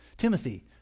Timothy